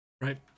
Right